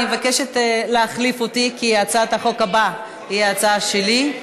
אני מבקשת להחליף אותי כי הצעת החוק הבאה היא הצעה שלי.